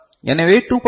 எனவே 2